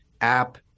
app